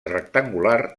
rectangular